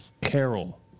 Carol